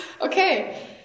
Okay